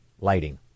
Lighting